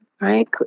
Right